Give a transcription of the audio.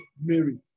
Mary